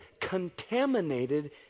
contaminated